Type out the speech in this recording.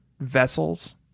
vessels